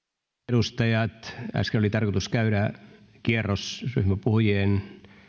edustajat äsken oli tarkoitus käydä kierros ryhmäpuhujien